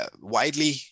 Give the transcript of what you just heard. widely